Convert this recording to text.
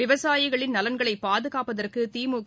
விவசாயிகளின் நலன்களை பாதுகாப்பதற்கு திமுக